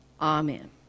Amen